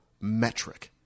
metric